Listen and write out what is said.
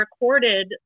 recorded